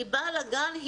כשהיא באה לגן,